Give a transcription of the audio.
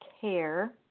care